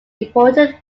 important